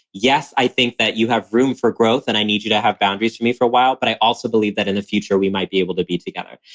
yes. i think that you have room for growth and i need you to have boundaries for me for a while. but i also believe that in the future we might be able to be together.